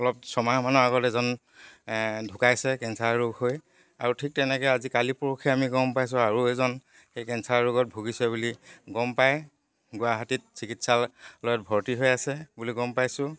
অলপ ছমাহ মানৰ আগত এজন ঢুকাইছে কেঞ্চাৰ ৰোগ হৈ আৰু ঠিক তেনেকে আজি কালি পৰহি আমি গম পাইছোঁ আৰু এজন সেই কেঞ্চাৰ ৰোগত ভুগিছে বুলি গম পাই গুৱাহাটীত চিকিৎসালয়ত ভৰ্তি হৈ আছে বুলি গম পাইছোঁ